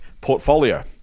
portfolio